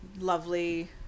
lovely